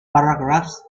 paragraphs